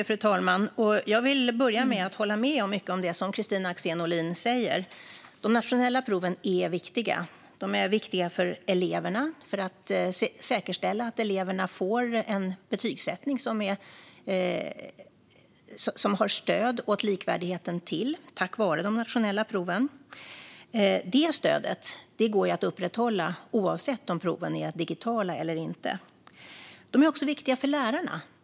Fru talman! Jag vill börja med att hålla med om mycket av det som Kristina Axén Olin säger. De nationella proven är viktiga. De är viktiga för eleverna och för att säkerställa att eleverna får en betygsättning där man har stöd för likvärdighet. Det får man tack vare de nationella proven. Det stödet går att upprätthålla oavsett om proven är digitala eller inte. De är också viktiga för lärarna.